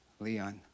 Leon